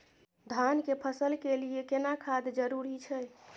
धान के फसल के लिये केना खाद जरूरी छै?